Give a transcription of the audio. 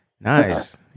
Nice